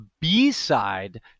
B-side